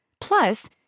Plus